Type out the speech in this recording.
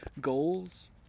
goals